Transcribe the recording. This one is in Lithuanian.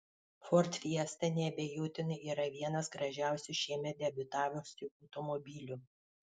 ford fiesta neabejotinai yra vienas gražiausių šiemet debiutavusių automobilių